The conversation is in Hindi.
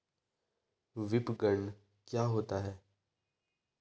विपणन क्या होता है?